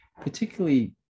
particularly